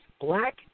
Black